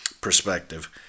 perspective